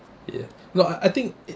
ya no I think